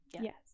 yes